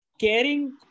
caring